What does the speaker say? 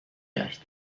کرد